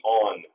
on